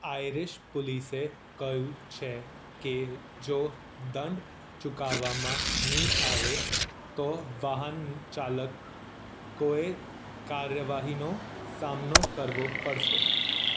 Irish પોલીસે કહ્યું છે કે જો દંડ ચૂકવવામાં નહીં આવે તો વાહનચાલકોએ કાર્યવાહીનો સામનો કરવો પડશે